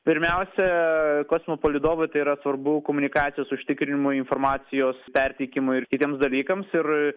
pirmiausia kas nuo palydovo tai yra svarbu komunikacijos užtikrinimui informacijos perteikimui ir kitiems dalykams ir